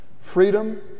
Freedom